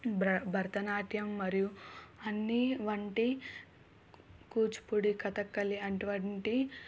బ్ర భరతనాట్యం మరియు అన్నీ వంటి కూచిపూడి కథకళి అటువంటి